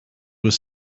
was